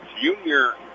junior